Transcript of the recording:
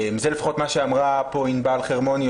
זה לפחות מה שאמרה פה ענבל חרמוני,